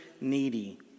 needy